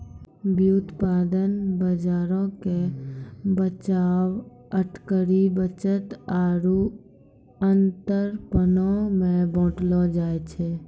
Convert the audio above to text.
व्युत्पादन बजारो के बचाव, अटकरी, बचत आरु अंतरपनो मे बांटलो जाय छै